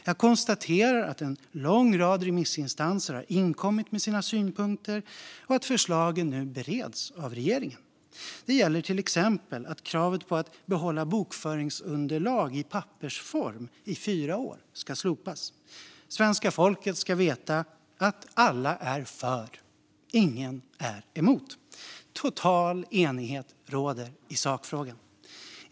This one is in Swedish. Jag konstaterar att en lång rad remissinstanser har inkommit med sina synpunkter och att förslagen nu bereds av regeringen. Det gäller till exempel att kravet på att behålla bokföringsunderlag i pappersform i fyra år ska slopas. Svenska folket ska veta att alla är för och att ingen är emot. Total enighet råder i sakfrågan.